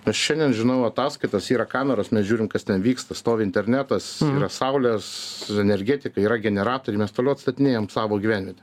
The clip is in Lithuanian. aš šiandien žinau ataskaitos yra kameros mes žiūrim kas ten vyksta stovi internetas yra saulės energetika yra generatoriai mes toliau atstatinėjam savo gyvenvietę